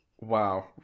Wow